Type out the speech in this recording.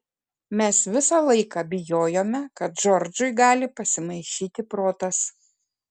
mes visą laiką bijojome kad džordžui gali pasimaišyti protas